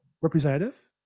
representative